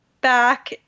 back